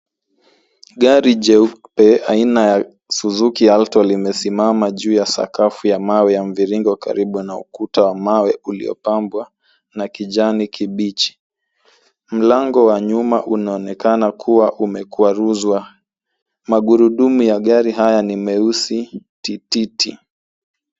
Gari jeupe aina ya Suzuki Alto limesimama juu ya sakafu ya mawe ya mviringo karibu na ukuta wa mawe uliopambwa na kijani kibichi. Mlango wa nyuma unaonekana kuwa umekwaruzwa. Magurudumu ya gari haya ni meusi tititi.